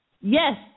Yes